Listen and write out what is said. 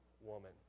woman